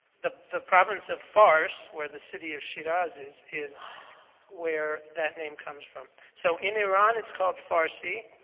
the the province of fars where the city of shiraz is, is where that name comes from. so in iran it's called farsi.